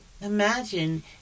Imagine